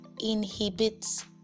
inhibits